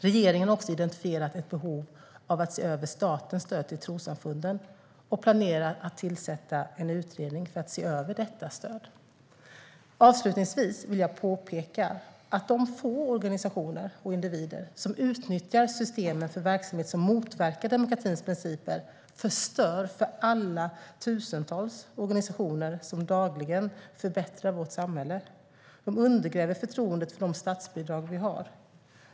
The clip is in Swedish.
Regeringen har också identifierat ett behov av att se över statens stöd till trossamfunden och planerar att tillsätta en utredning för att se över detta stöd. Avslutningsvis vill jag påpeka att de få organisationer och individer som utnyttjar systemen för verksamhet som motverkar demokratins principer förstör för alla tusentals organisationer som dagligen förbättrar vårt samhälle. De undergräver förtroendet för de statsbidrag vi har.